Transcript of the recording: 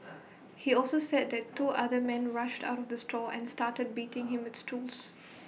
he also said that two other men rushed out of the store and started beating him with stools